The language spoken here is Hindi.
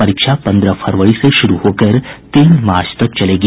परीक्षा पन्द्रह फरवरी से शुरू होकर तीन मार्च तक चलेगी